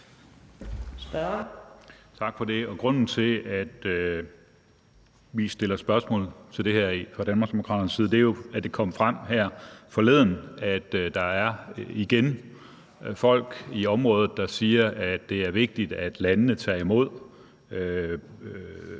Tak for det. Grunden til, at vi stiller spørgsmål til det her fra Danmarksdemokraternes side, er jo, at det kom frem her forleden, at der igen er folk i området, der siger, at det er vigtigt, at landene tager imod nogle